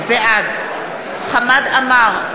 בעד חמד עמאר,